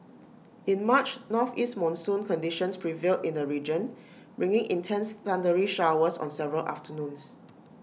in March northeast monsoon conditions prevailed in the region bringing intense thundery showers on several afternoons